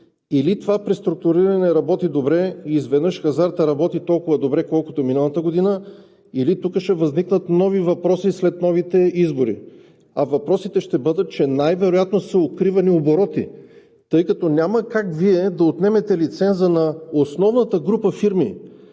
или това преструктуриране работи добре и изведнъж хазартът работи толкова добре, колкото миналата година, или тук ще възникнат нови въпроси след новите избори. А въпросите ще бъдат, че най-вероятно са укривани обороти, тъй като няма как Вие да отнемете лиценза на основната група фирми